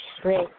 Great